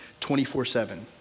24-7